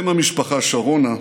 אם המשפחה שרונה,